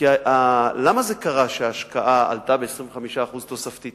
כי למה זה קרה שההשקעה עלתה ב-25% תוספתית?